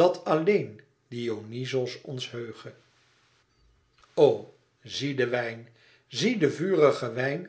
dat alleén dionyzos ons heuge o zie den wijn zie den vurigen wijn